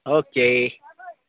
okay